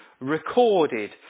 recorded